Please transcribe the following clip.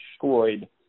destroyed